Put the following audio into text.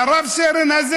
והרב-סרן הזה,